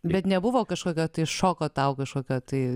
bet nebuvo kažkokia tai šoko tau kažkokia tai